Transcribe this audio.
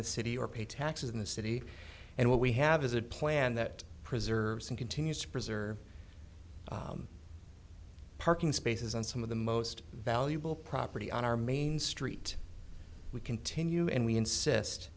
the city or pay taxes in the city and what we have is a plan that preserves and continues to preserve parking spaces and some of the most valuable property on our main street we continue and we insist